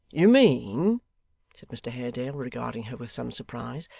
you mean said mr haredale, regarding her with some surprise,